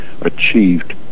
achieved